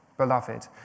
beloved